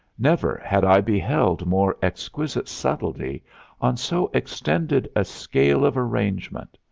never had i beheld more exquisite subtlety on so extended a scale of arrangement.